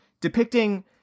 depicting